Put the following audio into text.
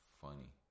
Funny